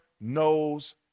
knows